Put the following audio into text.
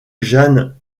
jeanne